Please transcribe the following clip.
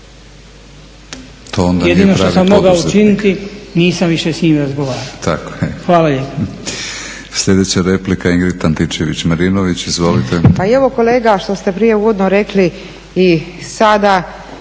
Jedino što sam mogao učiniti, nisam više s njim razgovarao. … /Upadica